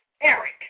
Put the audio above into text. Eric